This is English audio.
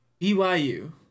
BYU